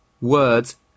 words